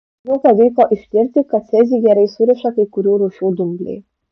jau pavyko ištirti kad cezį gerai suriša kai kurių rūšių dumbliai